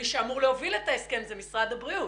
ומי שאמור להוביל את ההסכם זה משרד הבריאות?